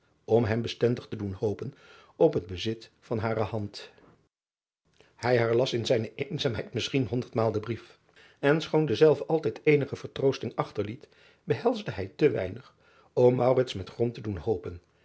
om hem bestendig te doen hopen op het bezit van hare hand ij herlas in zijne eenzaamheid misschien honderdmaal dien brief en schoon dezelve altijd eenige vertroosting achter liet behelsde hij te weinig om met grond te doen hopen